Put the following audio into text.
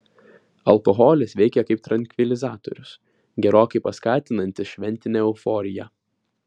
alkoholis veikia kaip trankvilizatorius gerokai paskatinantis šventinę euforiją